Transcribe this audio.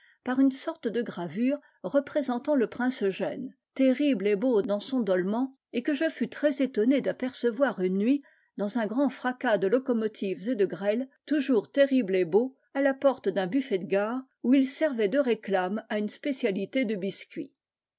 par une sorte de gravure représentant le prince eugène terrible et beau dans son dolman et que e fus très étonné d'apercevoir une nuit dans un grand fracas de locomotives et de grêle toujours terrible et beau à la porte d'un buset de gare où il servait de réclame à une spécialité de biscuits